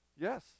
Yes